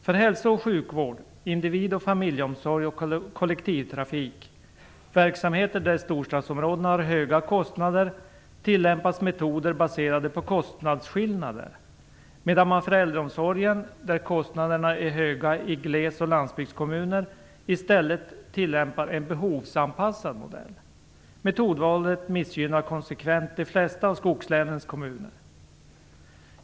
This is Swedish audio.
För hälso och sjukvård, individ och familjeomsorg och kollektivtrafik - verksamheter där storstadsområdena har höga kostnader - tillämpas metoder baserade på kostnadsskillnader, medan man för äldreomsorgen, där kostnaderna är höga i gles och landsbygdskommuner, i stället tillämpar en behovsanpassad modell. Metodvalet missgynnar konsekvent de flesta av skogslänens kommuner.